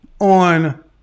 on